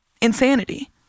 insanity